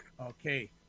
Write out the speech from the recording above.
Okay